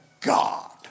God